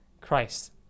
Christ